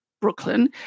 Brooklyn